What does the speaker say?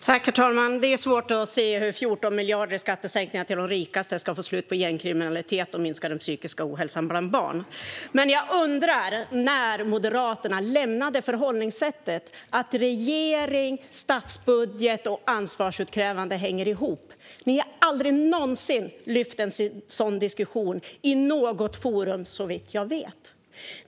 Herr talman! Det är svårt att se hur 14 miljarder i skattesänkningar till de rikaste ska få slut på gängkriminalitet och minska den psykiska ohälsan bland barn. Jag undrar när Moderaterna lämnade förhållningssättet att regering, statsbudget och ansvarsutkrävande hänger ihop. Ni har aldrig någonsin lyft en sådan diskussion i något forum, såvitt jag vet.